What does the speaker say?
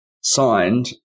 signed